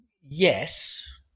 yes